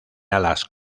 alas